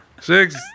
Six